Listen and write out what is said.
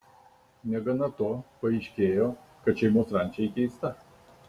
negana to paaiškėjo kad šeimos ranča įkeista